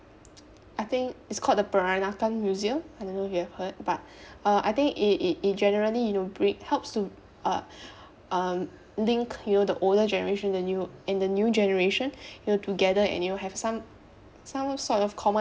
I think it's called the peranakan museum I don't know if you have heard but uh I think it it it generally you know bri~ helps to uh um link you know the older generation the new and the new generation you know together and you will have some some sort of common